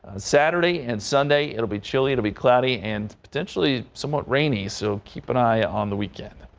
saturday and sunday it will be chilly to be cloudy and potentially somewhat rainy so keep an eye on the weekend.